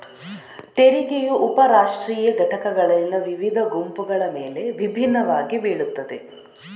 ತೆರಿಗೆಯು ಉಪ ರಾಷ್ಟ್ರೀಯ ಘಟಕಗಳಲ್ಲಿನ ವಿವಿಧ ಗುಂಪುಗಳ ಮೇಲೆ ವಿಭಿನ್ನವಾಗಿ ಬೀಳುತ್ತದೆ